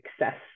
success